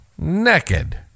Naked